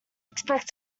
expect